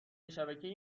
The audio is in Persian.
شبکهای